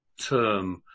term